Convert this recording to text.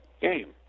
game